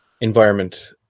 environment